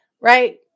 right